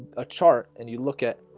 a chart and you look at